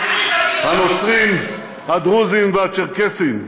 חבר הכנסת זחאלקה,